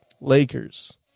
Lakers